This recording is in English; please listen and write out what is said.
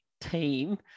team